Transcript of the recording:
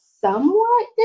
somewhat